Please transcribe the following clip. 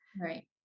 Right